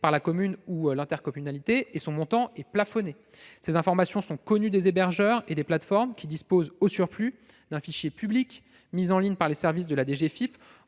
par la commune ou l'intercommunalité. Son montant est plafonné. Ces informations sont connues des hébergeurs et des plateformes, qui disposent au surplus d'un fichier public mis en ligne par les services de la DGFiP